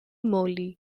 moly